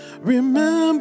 Remember